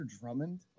Drummond